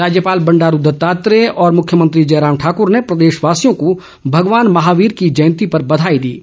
राज्यपाल बंडारू दत्तात्रेय और मुख्यमंत्री जयराम ठाकर ने प्रदेशवासियों को भगवान महावीर की जयंती पर बधाई दी है